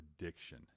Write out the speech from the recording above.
addiction